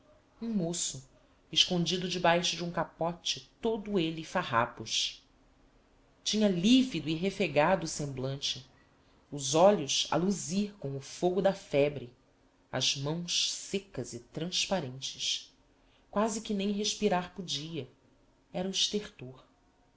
um môço escondido debaixo de um capóte todo elle farrápos tinha livido e refegado o semblante os olhos a luzir com o fôgo da fébre as mãos seccas e transparentes quasi que nem respirar podia era